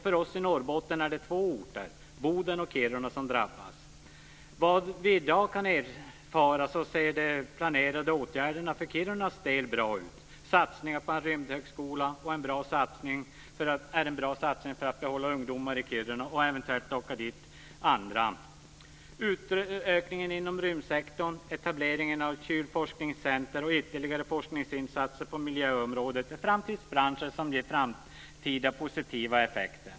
För oss i Norrbotten är det två orter, Boden och Kiruna, som drabbas. Vad vi i dag kan erfara ser de planerade åtgärderna för Kirunas del bra ut. Satsningen på en rymdhögskola är en bra satsning för att behålla ungdomar i Kiruna och eventuellt locka dit andra. Utökningen inom rymdsektorn, etableringen av kylforskningscenter och ytterligare forskningsinsatser på miljöområdet är framtidsbranscher som ger framtida positiva effekter.